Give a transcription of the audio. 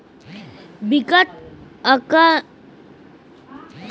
बिकट अकन फसल के समरथन कीमत ओ राज के सरकार ह तय करथे